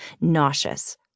nauseous